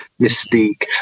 Mystique